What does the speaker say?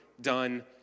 done